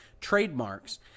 trademarks